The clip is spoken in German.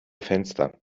fenster